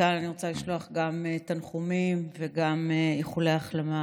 מכאן אני רוצה לשלוח גם תנחומים וגם איחולי החלמה